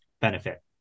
benefit